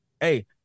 hey